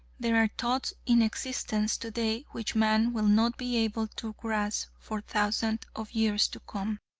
there are thoughts in existence today which man will not be able to grasp for thousands of years to come.